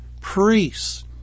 Priests